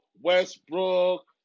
Westbrook